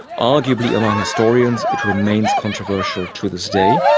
arguably among historians it remains controversial to this day.